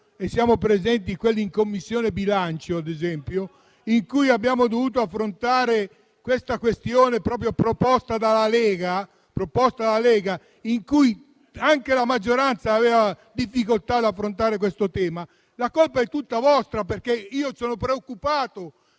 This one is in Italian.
- quelli presenti in Commissione bilancio, ad esempio - alla discussione in cui abbiamo dovuto affrontare la questione proposta dalla Lega, quando anche la maggioranza aveva difficoltà ad affrontare questo tema, la colpa è tutta vostra, perché io sono preoccupato